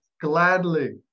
Gladly